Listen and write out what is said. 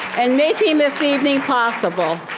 and making this evening possible.